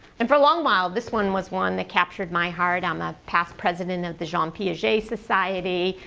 and for a long while, this one was one that captured my heart. i'm a past president of the jean piaget society,